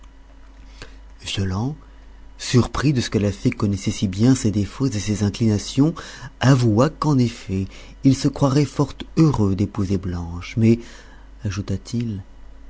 violent surpris de ce que la fée connaissait si bien ses défauts et ses inclinations avoua qu'en effet il se croirait fort heureux d'épouser blanche mais